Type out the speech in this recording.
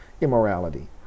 immorality